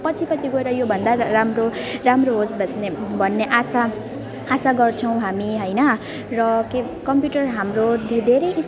पछि पछि गएर योभन्दा राम्रो राम्रो होस् भन्ने भन्ने आशा आशा गर्छौँ हामी होइन र के कम्प्युटर हाम्रो धे धेरै